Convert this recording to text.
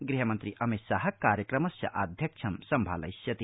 गृहमन्त्री अमितशाह कार्यक्रमस्य आध्यक्ष्यं सम्भालयिष्यति